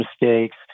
mistakes